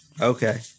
Okay